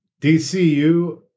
DCU